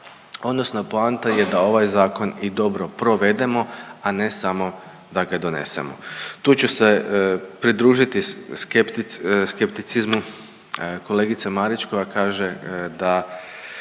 odnosno poanta je da ovaj zakon i dobro provedemo, a ne samo da ga donesemo. Tu ću se pridružiti skepticizmu kolegice Marić koja kaže da